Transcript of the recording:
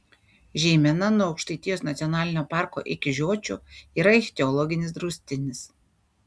žeimena nuo aukštaitijos nacionalinio parko iki žiočių yra ichtiologinis draustinis